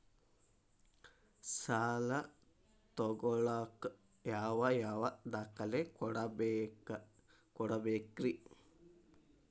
ಸಾಲ ತೊಗೋಳಾಕ್ ಯಾವ ಯಾವ ದಾಖಲೆ ಕೊಡಬೇಕ್ರಿ?